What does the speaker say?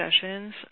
sessions